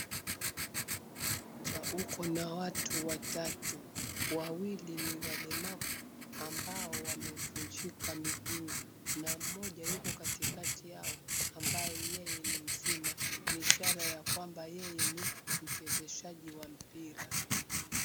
Uwanja uko na watu watatu wawili ni walemavu ambao wamevunjika miguu na mmoja yuko katikati yao ambaye yeye ni mzima ishara ya kwamba yeye ni mchezeshaji wa mpira.